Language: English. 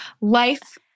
Life